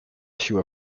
issue